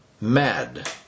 mad